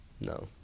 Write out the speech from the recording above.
no